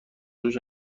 روش